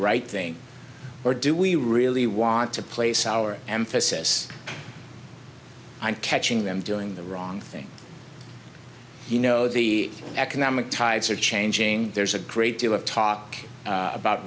right thing or do we really want to place our emphasis on catching them doing the wrong thing you know the economic tides are changing there's a great deal of talk about